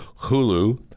Hulu